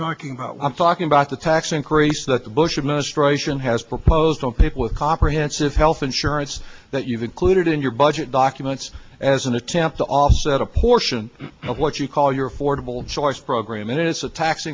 talking about i'm talking about the tax increase that the bush administration has proposed topic with comprehensive health insurance that you've included in your budget documents as an attempt to offset a portion of what you call your affordable choice program and it's a tax